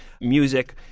music